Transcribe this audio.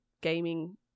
gaming